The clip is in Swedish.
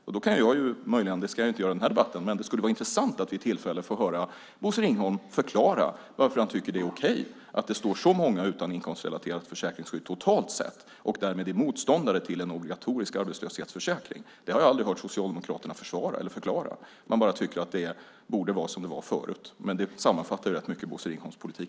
Jag ska inte ställa frågan i den här debatten, men det skulle vara intressant att vid tillfälle få höra Bosse Ringholm förklara varför han tycker att det är okej att det står så många utan inkomstrelaterat försäkringsskydd totalt sett och därmed är motståndare till en obligatorisk arbetslöshetsförsäkring. Det har jag aldrig hört Socialdemokraterna försvara eller förklara. Man bara tycker att det borde vara som det var förut. Det sammanfattar rätt mycket Bosse Ringholms politik.